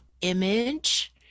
image